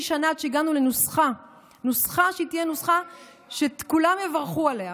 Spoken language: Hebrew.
שנה עד שהגענו לנוסחה שתהיה נוסחה שכולם יברכו עליה?